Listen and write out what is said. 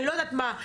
אני לא יודעת מה,